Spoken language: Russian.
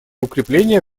укрепление